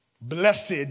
blessed